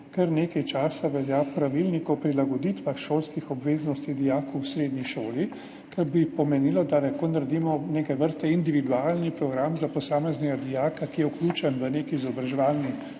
kar nekaj časa velja Pravilnik o prilagoditvah šolskih obveznosti dijaku v srednji šoli, kar bi pomenilo, da lahko naredimo neke vrste individualni program za posameznega dijaka, ki je vključen v nek izobraževalni